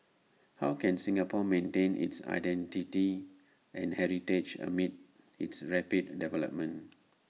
how can Singapore maintain its identity and heritage amid its rapid development